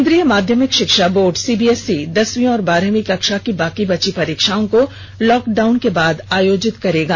केन्द्रीय माध्यिमिक शिक्षा बोर्ड सीबीएसई दसवीं और बारहवीं कक्षा की बाकी बची परीक्षाओं को लॉकडाउन के बाद आयोजित करेगा